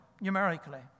numerically